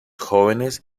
jóvenes